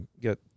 get